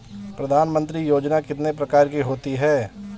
प्रधानमंत्री योजना कितने प्रकार की होती है?